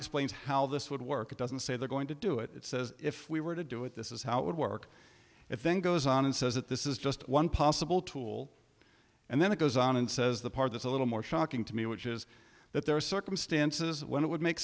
explains how this would work it doesn't say they're going to do it if we were to do it this is how it would work it then goes on and says that this is just one possible tool and then it goes on and says the part that's a little more shocking to me which is that there are circumstances when it would make